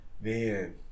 Man